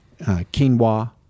quinoa